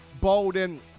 Bolden